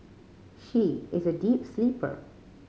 she is a deep sleeper